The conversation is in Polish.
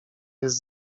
jest